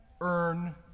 earn